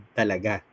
talaga